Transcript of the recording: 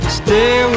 stay